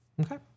okay